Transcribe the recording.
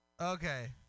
Okay